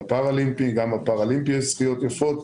לפארא אולימפי גם שם יש זכיות יפות.